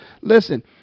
Listen